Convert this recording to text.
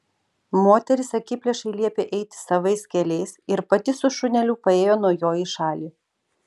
moteris akiplėšai liepė eiti savais keliais ir pati su šuneliu paėjo nuo jo į šalį